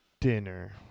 dinner